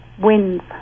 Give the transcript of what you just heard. wins